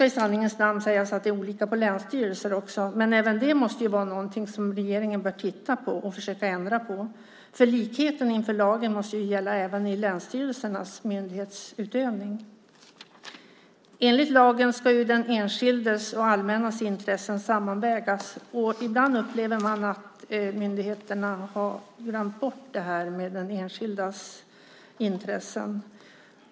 I sanningens namn ska sägas att det är skillnad mellan länsstyrelserna, men även det måste ju vara någonting som regeringen bör titta på och försöka ändra på. Likheten inför lagen måste ju gälla även i länsstyrelsernas myndighetsutövning. Enligt lagen ska den enskildes och det allmännas intressen vägas samman. Ibland upplever man att myndigheterna har glömt bort den enskildes intressen.